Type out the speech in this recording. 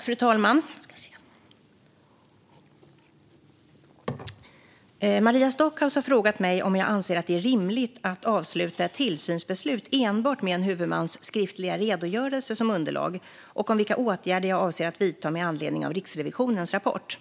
Fru talman! Maria Stockhaus har frågat mig om jag anser att det är rimligt att avsluta ett tillsynsbeslut enbart med en huvudmans skriftliga redogörelse som underlag och vilka åtgärder jag avser att vidta med anledning av Riksrevisionens rapport.